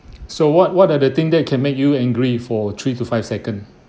so what what are the thing that can make you angry for three to five second